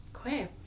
Okay